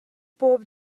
bob